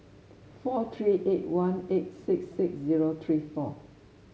four three eight one eight six six zero three four